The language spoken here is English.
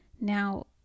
Now